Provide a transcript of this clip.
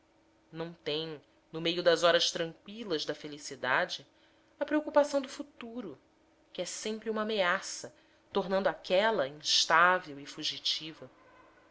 não tem no meio das horas tranqüilas da felicidade a preocupação do futuro que é sempre uma ameaça tornando aquela instável e fugitiva